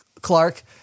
Clark